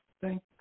Thank